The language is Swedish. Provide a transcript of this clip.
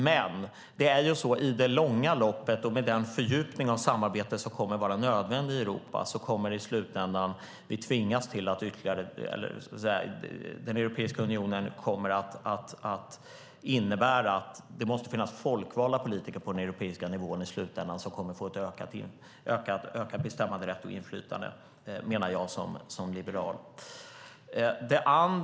Men i det långa loppet och i och med den fördjupning av samarbete som kommer att vara nödvändig i Europa och i Europeiska unionen kommer det hela i slutändan att innebära att det måste finnas folkvalda politiker på den europeiska nivån som kommer att få en ökad bestämmanderätt och ökat inflytande. Detta menar jag som liberal. Fru talman!